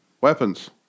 Weapons